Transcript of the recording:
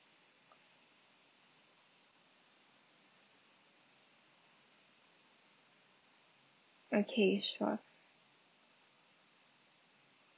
okay sure